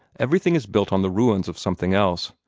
everything is built on the ruins of something else.